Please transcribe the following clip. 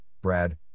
Brad